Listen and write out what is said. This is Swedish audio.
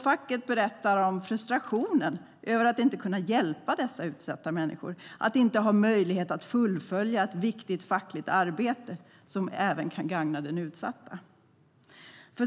Facket berättar om frustrationen över att inte kunna hjälpa dessa utsatta människor, att inte ha möjlighet att fullfölja ett viktigt fackligt arbete som även kan gagna den utsatta.